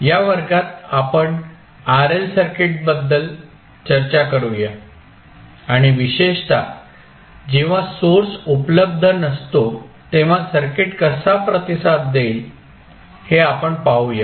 या वर्गात आपण RL सर्किटबद्दल चर्चा करूया आणि विशेषतः जेव्हा सोर्स उपलब्ध नसतो तेव्हा सर्किट कसा प्रतिसाद देईल हे आपण पाहूया